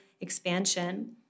expansion